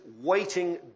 waiting